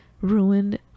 ruined